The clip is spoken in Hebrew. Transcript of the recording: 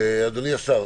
אדוני השר,